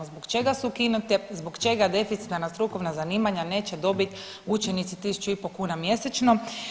Zbog čega su ukinute, zbog čega deficitarna strukovna zanimanja neće dobiti učenici 1.500 kuna mjesečno.